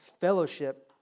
fellowship